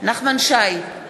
נחמן שי,